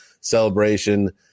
celebration